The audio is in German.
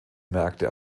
märkte